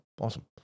Awesome